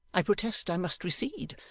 i protest i must recede,